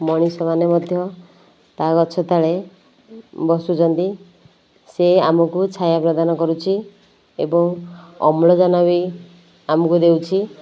ମଣିଷ ମାନେ ମଧ୍ୟ ତା ଗଛ ତଳେ ବସୁଛନ୍ତି ସେ ଆମକୁ ଛାୟା ପ୍ରଦାନ କରୁଛି ଏବଂ ଅମ୍ଳଜାନ ବି ଆମକୁ ଦେଉଛି